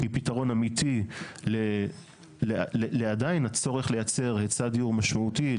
היא פתרון אמיתי לצורך שעדיין קיים לייצר היצע דיור משמעותי.